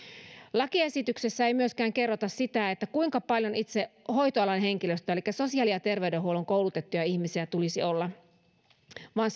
lakiesityksessä ei kerrota myöskään sitä kuinka paljon tulisi olla itse hoitoalan henkilöstöä elikkä sosiaali ja terveydenhuollon koulutettuja ihmisiä vaan